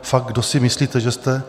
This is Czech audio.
Fakt kdo si myslíte, že jste?